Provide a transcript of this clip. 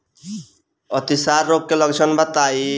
अतिसार रोग के लक्षण बताई?